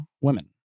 women